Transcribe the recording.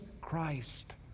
Christ